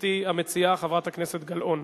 גברתי המציעה, חברת הכנסת גלאון?